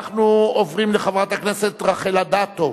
אנחנו עוברים לחברת הכנסת רחל אדטו,